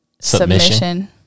submission